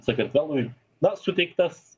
sakartvelui na suteiktas